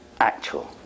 actual